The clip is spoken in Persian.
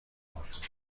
میشود